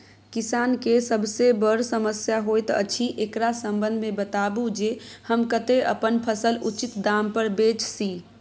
किसान के सबसे बर समस्या होयत अछि, एकरा संबंध मे बताबू जे हम कत्ते अपन फसल उचित दाम पर बेच सी?